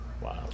wow